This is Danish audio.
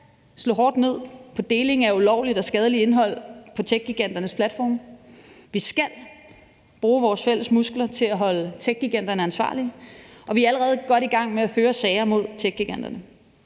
slå hårdt ned på deling af ulovligt og skadeligt indhold på techgiganternes platforme, og vi skal bruge vores fælles muskler til at holde techgiganterne ansvarlige. Vi er allerede godt i gang med at føre sager mod techgiganterne,